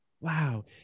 Wow